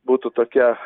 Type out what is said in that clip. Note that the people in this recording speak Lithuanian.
būtų tokia